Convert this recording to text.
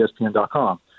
ESPN.com